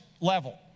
level